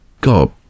God